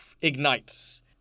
ignites